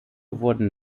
wurden